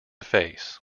face